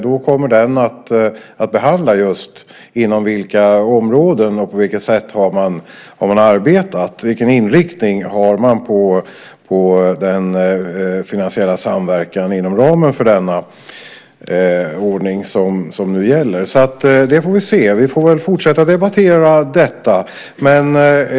Den kommer att behandla just inom vilka områden och på vilket sätt man har arbetat och vilken inriktning man har på den finansiella samverkan inom ramen för den ordning som nu gäller. Så det får vi se. Vi får väl fortsätta att debattera detta.